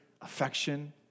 affection